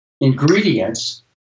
ingredients